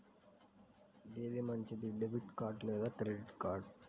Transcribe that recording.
ఏది మంచిది, debit card లేదా క్రెడిట్ కార్డ్?